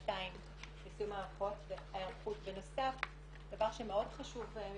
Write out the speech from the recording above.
הסעיף מדבר בעד עצמו.